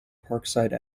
parkside